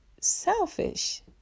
selfish